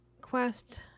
quest